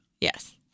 Yes